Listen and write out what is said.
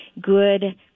good